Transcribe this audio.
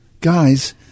guys